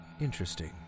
Interesting